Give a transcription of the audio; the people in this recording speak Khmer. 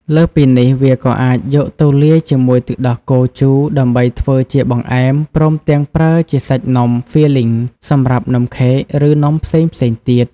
លើសពីនេះ វាអាចយកទៅលាយជាមួយទឹកដោះគោជូរដើម្បីធ្វើជាបង្អែម ព្រមទាំងប្រើជាសាច់នំ filling សម្រាប់នំខេក ឬនំផ្សេងៗទៀត។